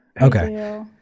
Okay